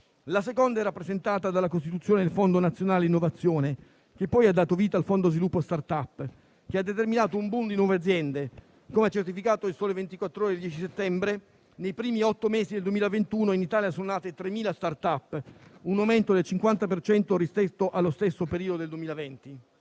La seconda è rappresentata dalla costituzione del Fondo nazionale innovazione, che poi ha dato vita al Fondo sviluppo e *startup*, che ha determinato un *boom* di nuove aziende. Come ha certificato "Il Sole 24 Ore" il 10 settembre, nei primi otto mesi del 2021 in Italia sono nate 3.000 *startup,* con un aumento del 50 per cento rispetto allo stesso periodo del 2020.